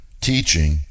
teaching